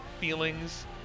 feelings